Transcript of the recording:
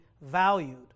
valued